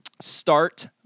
start